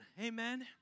Amen